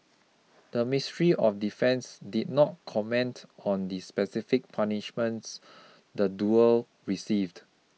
the Ministry of Defence did not comment on the specific punishments the duo received